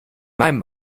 meinem